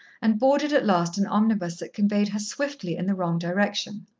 and boarded at last an omnibus that conveyed her swiftly in the wrong direction.